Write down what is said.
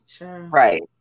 Right